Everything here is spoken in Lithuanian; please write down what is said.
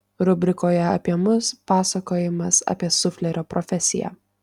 rubrikoje apie mus pasakojimas apie suflerio profesiją